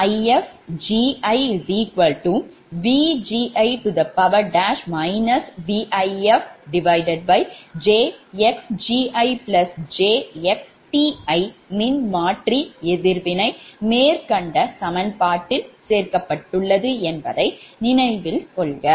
எனவே IfgiVgi VifjxgijxTi மின்மாற்றி எதிர்வினை மேற்கண்ட சமன்பாட்டில் சேர்க்கப்பட்டுள்ளது என்பதை நினைவில் கொள்க